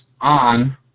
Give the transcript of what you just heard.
on